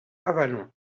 avallon